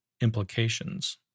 implications